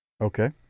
Okay